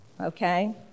okay